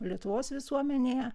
lietuvos visuomenėje